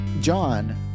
John